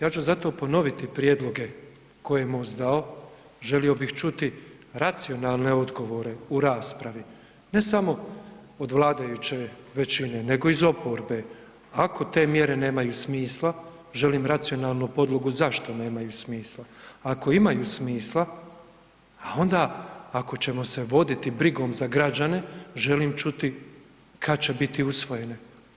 Ja ću zato ponoviti prijedloge koje je MOST dao, želio bih čuti racionalne odgovore u raspravi, ne samo od vladajuće većine nego i iz oporbe, ako te mjere nemaju smisla želim racionalnu podlogu zašto nemaju smisla, a ako imaju smisla a onda ako ćemo se voditi brigom za građane želim čuti kad će biti usvojene.